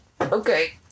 okay